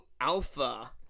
Alpha